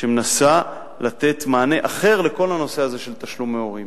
והיא מנסה לתת מענה אחר לכל הנושא הזה של תשלומי הורים.